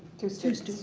two students.